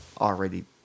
already